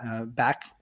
back